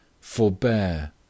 Forbear